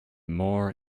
more